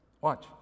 watch